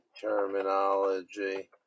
terminology